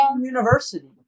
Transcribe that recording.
University